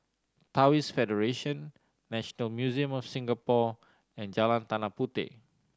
Taoist Federation National Museum of Singapore and Jalan Tanah Puteh